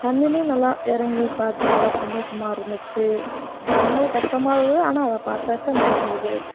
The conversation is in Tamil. தண்ணிலேயும் நல்லா இறங்கி பார்த்து நல்லா சந்தோஷமாக இருந்துச்சு போகும்போது கஷ்டமாக இருக்குது ஆனால் அதை பார்த்தாக்க நல்லா இருக்குது